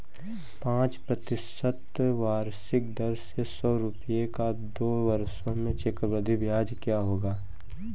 पाँच प्रतिशत वार्षिक दर से सौ रुपये का दो वर्षों में चक्रवृद्धि ब्याज क्या होगा?